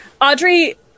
Audrey